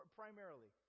primarily